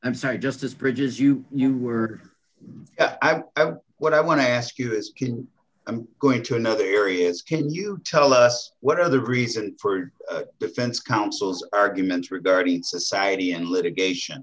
i'm sorry just this bridge's you you were what i want to ask you is i'm going to another areas can you tell us what are the reason for defense counsel's arguments regarding society and litigation